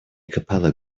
capella